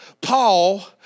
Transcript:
Paul